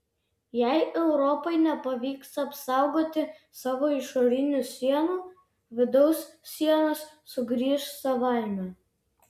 jei europai nepavyks apsaugoti savo išorinių sienų vidaus sienos sugrįš savaime